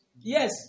Yes